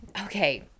Okay